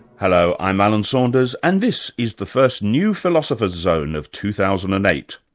hello, i'm alan saunders and this is the first new philosopher's zone of two thousand and eight.